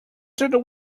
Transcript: did